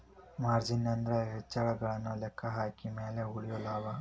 margin ಅಂದ್ರ ವೆಚ್ಚಗಳನ್ನ ಲೆಕ್ಕಹಾಕಿದ ಮ್ಯಾಲೆ ಉಳಿಯೊ ಲಾಭ